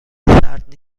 سرد